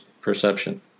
perception